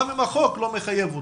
גם אם החוק לא מחייב אותה.